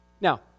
Now